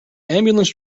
ambulance